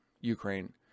Ukraine